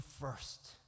first